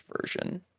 version